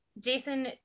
jason